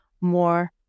more